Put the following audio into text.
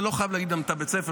אני לא חייב להגיד גם את בית הספר,